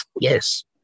yes